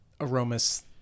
aromas